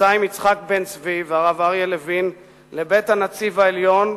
יצא עם יצחק בן-צבי והרב אריה לוין לבית הנציב העליון,